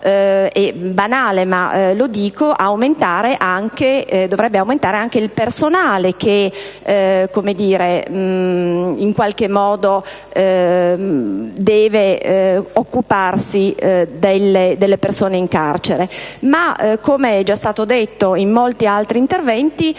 è banale, ma lo dico - aumentare anche il personale che in qualche modo deve occuparsi delle persone in carcere. Ma - come è già stato affermato in molti altri interventi